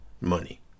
money